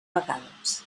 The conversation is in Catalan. vegades